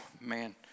man